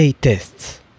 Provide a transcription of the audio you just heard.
tests